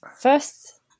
first